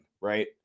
right